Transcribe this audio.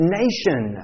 nation